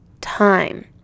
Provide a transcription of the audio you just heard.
time